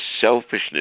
selfishness